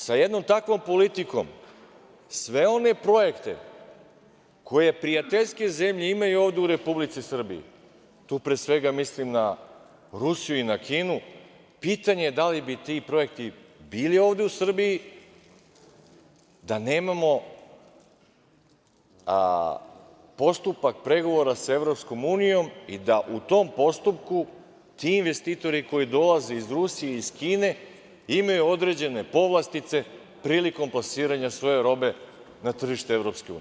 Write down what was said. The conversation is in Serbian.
Sa jednom takvom politikom, sve one projekte koje prijateljske zemlje imaju ovde u Republici Srbiji, tu pre svega mislim na Rusiju i na Kinu, pitanje je da li bi ti projekti bili ovde u Srbiji da nemamo postupak pregovora sa EU i da u tom postupku ti investitori koji dolaze iz Rusije i Kine imaju određene povlastice prilikom plasiranja svoje robe na tržište EU.